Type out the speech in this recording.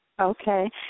Okay